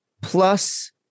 plus